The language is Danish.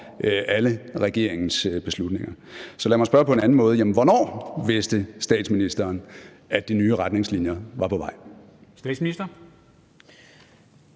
alle regeringens beslutninger. Så lad mig spørge på en anden måde: Hvornår vidste statsministeren, at de nye retningslinjer var på vej?